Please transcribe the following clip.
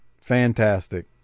fantastic